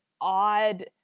odd